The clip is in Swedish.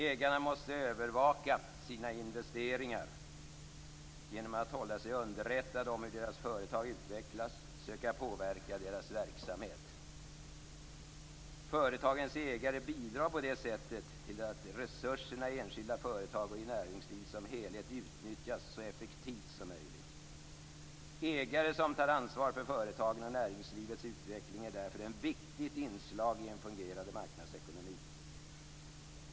Ägarna måste övervaka sina investeringar genom att hålla sig underrättade om hur deras företag utvecklas och söka påverka deras verksamhet. Företagens ägare bidrar på det sättet till att resurserna i enskilda företag och i näringslivet som helhet utnyttjas så effektivt som möjligt. Ägare som tar ansvar för företagen och näringslivets utveckling är därför ett viktigt inslag i en fungerande marknadsekonomi.